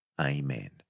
Amen